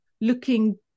looking